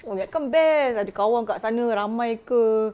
oh ingatkan best ada kawan kat sana ramai ke